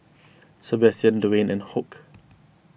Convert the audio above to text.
Sabastian Dewayne and Hoke